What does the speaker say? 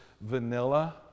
vanilla